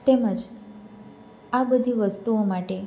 તેમજ આ બધી વસ્તુઓ માટે